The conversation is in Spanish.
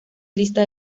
lista